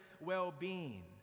well-being